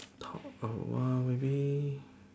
talk a while maybe